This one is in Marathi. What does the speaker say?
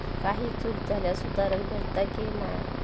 काही चूक झाल्यास सुधारक भेटता की नाय?